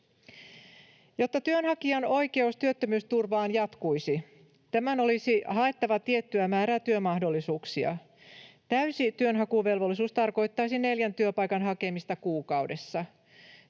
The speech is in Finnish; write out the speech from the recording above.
Jotta työnhakijan oikeus työttömyysturvaan jatkuisi, tämän olisi haettava tiettyä määrää työmahdollisuuksia. Täysi työnhakuvelvollisuus tarkoittaisi neljän työpaikan hakemista kuukaudessa.